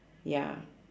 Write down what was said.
ya